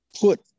put